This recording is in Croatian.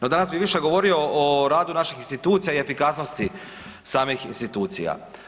No danas bi više govorio o radu naših institucija i efikasnosti samih institucija.